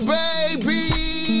baby